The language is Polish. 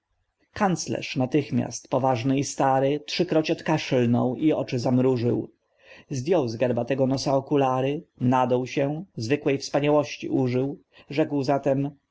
kanclerz natychmiast poważny i stary trzykroć odkaszlnął i oczy zamrużył zdjął z garbatego nosa okulary nadął się zwykłej wspaniałości użył rzekł zatem